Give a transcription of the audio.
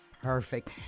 Perfect